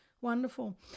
wonderful